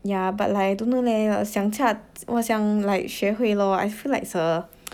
yeah but like I don't know leh 想架我想 like 学会 lor I feel as a